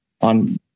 on